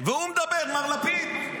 מר לפיד.